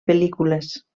pel·lícules